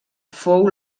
fou